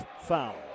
foul